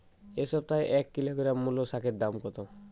এ সপ্তাহে এক কিলোগ্রাম মুলো শাকের দাম কত?